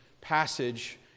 passage